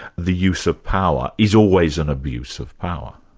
the use of power is always an abuse of power.